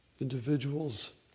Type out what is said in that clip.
individuals